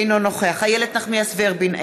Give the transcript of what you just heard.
אינו נוכח איילת נחמיאס ורבין,